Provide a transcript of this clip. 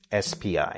SPI